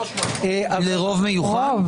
לרוב מיוחד?